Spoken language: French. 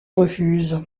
refuse